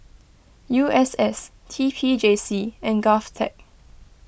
U S S T P J C and Govtech